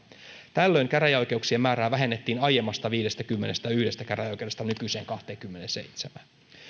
tällöin käräjäoikeuksien määrää vähennettiin aiemmasta viidestäkymmenestäyhdestä käräjäoikeudesta nykyiseen kahteenkymmeneenseitsemään